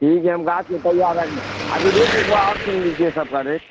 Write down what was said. ٹھیک ہے ہم اب ریٹ ایک بار اور سن لیجیے سب کا ریٹ